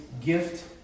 gift